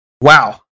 wow